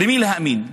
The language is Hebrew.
למי להאמין?